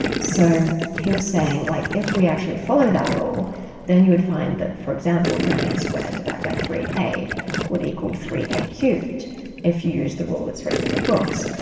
so he was saying like if we actually follow that rule then you would find that, for example, nine a squared divided by three a would equal three a cubed if you use the rule that's written in the books.